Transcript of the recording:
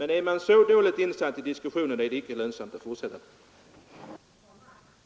När man är så dåligt insatt i frågan, är det icke lönsamt att fortsätta diskussionen.